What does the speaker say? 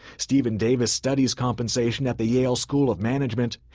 stephen davis studies compensation at the yale school of management.